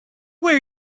where